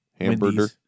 Hamburger